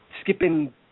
skipping